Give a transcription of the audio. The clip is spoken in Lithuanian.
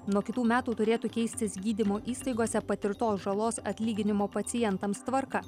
nuo kitų metų turėtų keistis gydymo įstaigose patirtos žalos atlyginimo pacientams tvarka